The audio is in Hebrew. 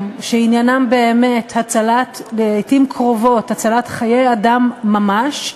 שעניינם באמת לעתים קרובות הצלת חיי אדם ממש,